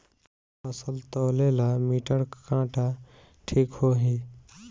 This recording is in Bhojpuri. फसल तौले ला मिटर काटा ठिक होही?